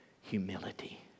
humility